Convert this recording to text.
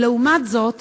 ולעומת זאת,